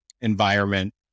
environment